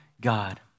God